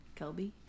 Kelby